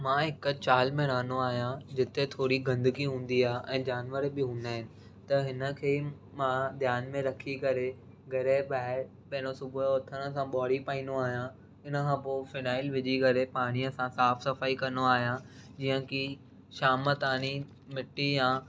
मां हिक चॉल में रहंदो आहियां जिते थोरी गंदगी हूंदी आहे ऐं जानवर बि हूंदा आहिनि त हिन खे ध्यान में रखी करे घर जे ॿाहिरि पहिरों सुबुह उथण सां ॿुआरी पाईंदो आहियां हिन खां पोइ फिनाइल विझी करे पाणीअ सां साफ़ु सफ़ाई कंदो आहियां जीअं की शाम ताईं मिटी या